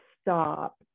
stop